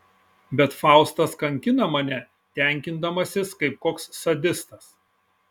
bet faustas kankina mane tenkindamasis kaip koks sadistas